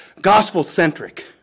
gospel-centric